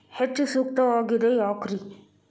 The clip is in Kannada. ಹೆಚ್ಚು ಸೂಕ್ತವಾಗಿದೆ ಯಾಕ್ರಿ?